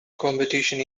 competition